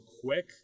quick